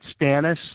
Stannis